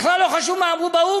בכלל לא חשוב מה אמרו באו"ם.